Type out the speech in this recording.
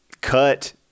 cut